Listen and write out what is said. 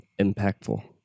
impactful